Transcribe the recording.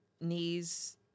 knees